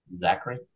Zachary